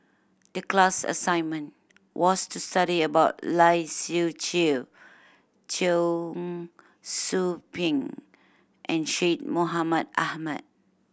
the class assignment was to study about Lai Siu Chiu Cheong Soo Pieng and Syed Mohamed Ahmed